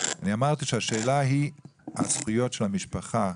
אני אמרתי שהשאלה היא הזכויות של המשפחה,